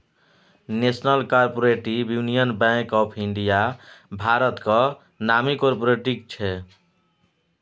national Cooperative Union of India भारतक नामी cooperative छै